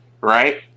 Right